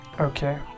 Okay